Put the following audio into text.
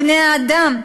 בני-האדם,